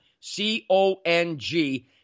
C-O-N-G